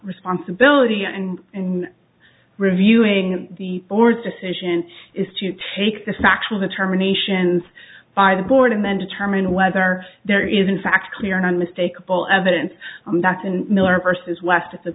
responsibility and and reviewing the board's decision is to take this factual determinations by the board and then determine whether there is in fact a clear and unmistakable evidence that in miller versus west at the